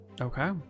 Okay